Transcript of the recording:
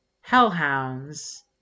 hellhounds